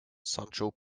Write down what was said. sancho